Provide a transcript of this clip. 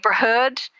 neighborhood